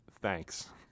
Thanks